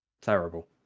terrible